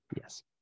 Yes